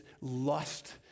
lust